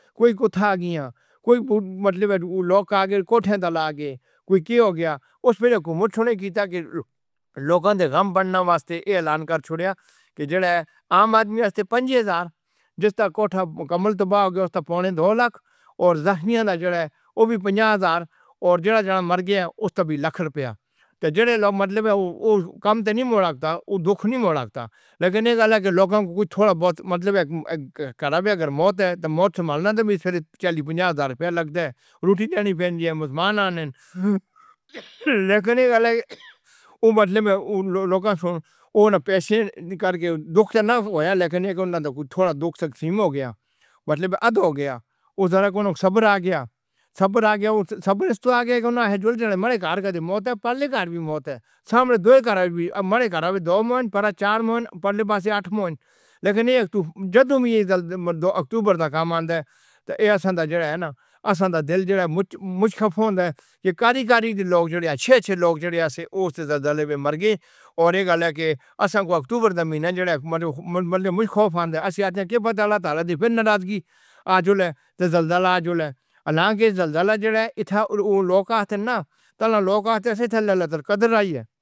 کوئی کوتهاریہ کوئی مطلب والا۔ کوٹھے والا آگے کوئی کیا گیا، اُس میں گھومنے کی لوکل گم بڑھنا واسطے اعلان کر چھوڑے کہ عام آدمی پانچ ہزار کمَل تو پونے دو لکھ اور زخمیوں کا جو بھی پنجا ہزار اور جنے جنے مر گئے۔ اُس میں بھی لکھ روپیہ تو جو لوگ مطلب ہے اوہ کم سے نہیں مُڑدا۔ اوہ دُکھ نہیں کردا۔ لیکن ایہ کہہ رہا کہ لوگوں کو تھوڑا بہت مطلب کرواؤے۔ اگر موت ہے تو موت سے پہلے توچالی پنجا ہزار لگدے نیں۔ روٹی دے نہیں بنے مسلمان۔ لیکھن دا مطلب ہے لوکیشن پیسے کر کے دُکھت نہ ہویا۔ لیکھن دے اندر کجھ تھوڑا دُکھ ہو گیا۔ مطلب آدھ ہو گیا۔ اوہ ذرا کوئی صبر آ گیا۔ صبر آ گیا اوہ صبر آ گیا دے اندر جھولتے ہوئے مرے۔ گھر دا موہتے پہلے گھر وی موت ہے۔ سامݨ دوے کرا بی مرے۔ کرا بی دو مہینے پہلے چار مہینے پہلے بس اٹھ مہینے۔ لیکن ایہ جدوں وی یکم اکتوبر تک آندا ہے تاں احسان دینا غیرمتوازن ہو جاندا ہے۔ ایہ کاریگری دے لوگ جو اچھے اچھے لوگ جو ایسے مار گئے اور ایہ کہہ لے کے بیشمار اکتوبر دا مہینہ جو کھو جاندا ہے۔ ناراضگی آج اُلّہ جلدی جلدی جو لے لو کہہ تے ناں تو لو کہہ تے لے لو تو قدر آئی ہے۔